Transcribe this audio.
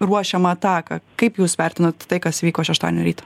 ruošiamą ataką kaip jūs vertinat tai kas įvyko šeštadienio rytą